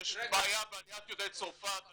יש בעיה בעליית יהודי צרפת,